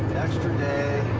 extra day.